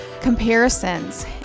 comparisons